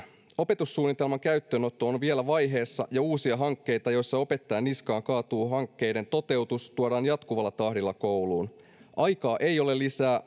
opetussuunnitelman käyttöönotto on vielä vaiheessa ja uusia hankkeita joissa opettajan niskaan kaatuu hankkeiden toteutus tuodaan jatkuvalla tahdilla kouluun aikaa ei ole lisää